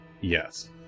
Yes